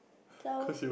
so